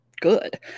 good